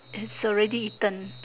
is already eaten